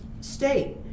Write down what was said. state